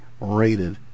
rated